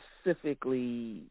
specifically